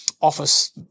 office